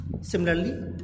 Similarly